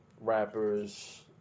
rappers